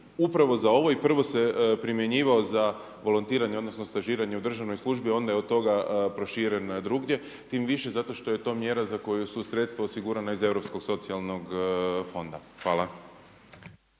upravo za ovo i prvo se primjenjivao za volontiranje, odnosno stažiranje u državnoj službi a onda je od toga proširen drugdje tim više zato što je to mjera za koju su sredstva osigurana iz Europskog socijalnog fonda. Hvala.